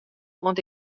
oant